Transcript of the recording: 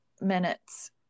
minutes